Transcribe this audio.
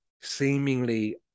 seemingly